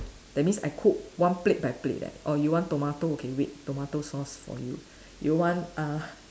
that means I cook one plate by plate leh oh you want tomato okay wait tomato sauce for you you want uh